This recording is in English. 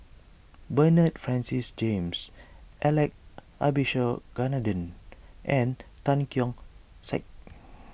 Bernard Francis James Alex Abisheganaden and Tan Keong Saik